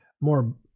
more